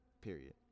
period